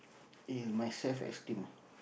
is my self esteem